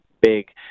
big